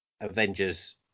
Avengers